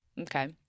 Okay